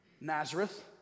Nazareth